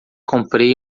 comprei